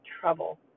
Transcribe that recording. trouble